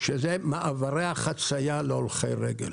מעברי החצייה להולכי רגל.